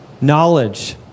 Knowledge